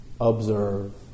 Observe